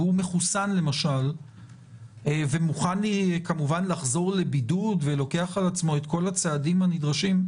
והוא מחוסן ומוכן לחזור לבידוד ולוקח על עצמו את כל הצעדים הנדרשים,